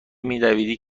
میدویدی